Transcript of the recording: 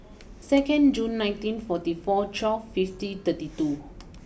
second June nineteen forty four twelve fifty thirty two